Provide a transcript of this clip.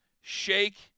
Shake